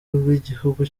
rw’igihugu